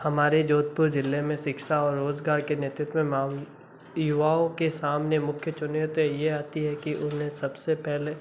हमारे जोधपुर ज़इले में शिक्षा और रोज़गार के नेतृत्व में आम युवाओं के सामने मुख्य चुनौतियाँ यह आती है कि उन्हें सब से पहले